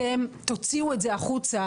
אתם תוציאו את זה החוצה,